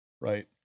right